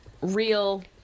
real